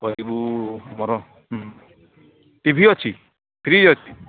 କହିବୁ ମୋର ଟିଭି ଅଛି ଫ୍ରିଜ୍ ଅଛି